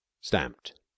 stamped